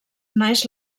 naix